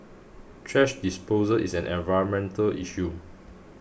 thrash disposal is an environmental issue